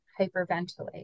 hyperventilate